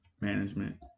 management